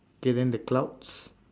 okay then the clouds